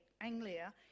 Anglia